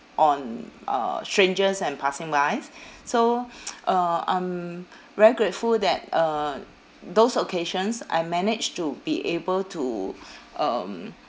on uh strangers and passing bys so uh I'm very grateful that uh those occasions I managed to be able to um